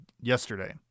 yesterday